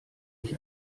ich